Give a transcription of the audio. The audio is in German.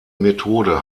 methode